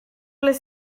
les